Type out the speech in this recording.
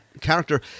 character